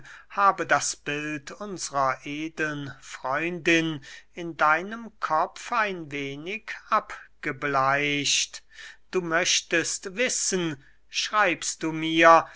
habe das bild unsrer edeln freundin in deinem kopf ein wenig abgebleicht du möchtest wissen schreibst du mir